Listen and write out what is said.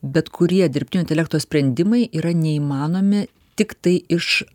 bet kurie dirbtinio intelekto sprendimai yra neįmanomi tiktai iš